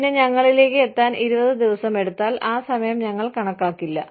പിന്നെ ഞങ്ങളിലേക്ക് എത്താൻ 20 ദിവസമെടുത്താൽ ആ സമയം ഞങ്ങൾ കണക്കാക്കില്ല